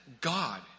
God